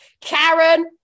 Karen